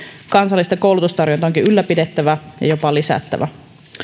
kansallista koulutustarjontaa onkin ylläpidettävä ja jopa lisättävä